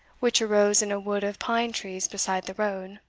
which arose in a wood of pine-trees beside the road.